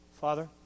Father